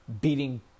beating